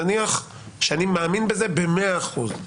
נניח שאני מאמין בזה במאה אחוז.